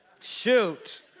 Shoot